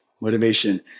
Motivation